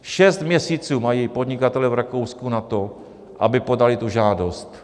Šest měsíců mají podnikatelé v Rakousku na to, aby podali tu žádost.